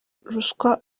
ruswa